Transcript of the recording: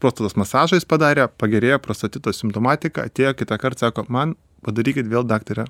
prostatos masažą jis padarė pagerėjo prostatito simptomatika atėjo kitąkart sako man padarykit vėl daktare